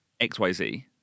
XYZ